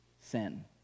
sin